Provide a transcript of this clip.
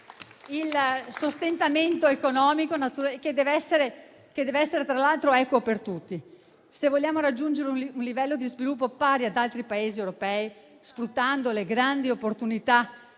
il sostentamento economico, che deve essere tra l'altro equo per tutti. Se vogliamo raggiungere un livello di sviluppo pari ad altri Paesi europei, sfruttando le grandi opportunità